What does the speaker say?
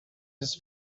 his